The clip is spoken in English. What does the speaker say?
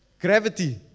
Gravity